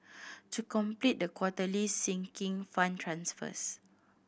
to complete the quarterly Sinking Fund transfers